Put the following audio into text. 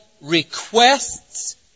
requests